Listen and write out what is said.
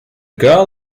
girl